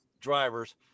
drivers